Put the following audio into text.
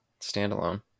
standalone